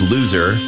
Loser